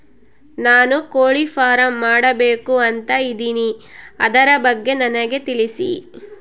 ನಾನು ಕೋಳಿ ಫಾರಂ ಮಾಡಬೇಕು ಅಂತ ಇದಿನಿ ಅದರ ಬಗ್ಗೆ ನನಗೆ ತಿಳಿಸಿ?